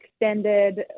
extended